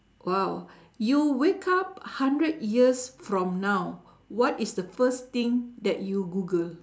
!wow! you wake up hundred years from now what is the first thing that you google